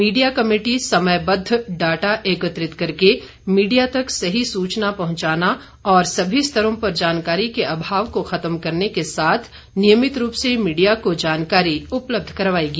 media committee समयबद्ध data एकत्रित करके मीडिया तक सही सूचना पहुंचाना और सभी स्तरों पर जानकारी के अभाव को खत्म करने के साथ नियमित रूप से मीडिया को जानकारी उपलब्ध करवाएगी